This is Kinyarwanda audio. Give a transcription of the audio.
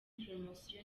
poromosiyo